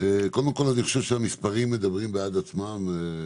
אני חושב שהמספרים מדברים בעד עצמם,